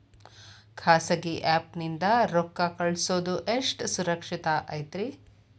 ಖಾಸಗಿ ಆ್ಯಪ್ ನಿಂದ ರೊಕ್ಕ ಕಳ್ಸೋದು ಎಷ್ಟ ಸುರಕ್ಷತಾ ಐತ್ರಿ?